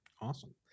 awesome